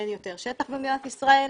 אין יותר שטח במדינת ישראל,